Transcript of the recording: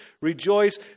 rejoice